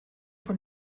von